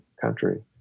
country